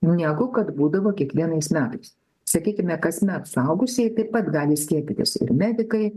negu kad būdavo kiekvienais metais sakykime kasmet suaugusieji taip pat gali skiepytis ir medikai